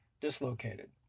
dislocated